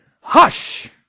Hush